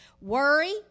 worry